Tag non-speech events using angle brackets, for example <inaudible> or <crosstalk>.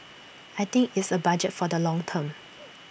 I think it's A budget for the long term <noise>